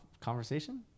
Conversation